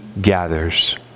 gathers